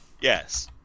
Yes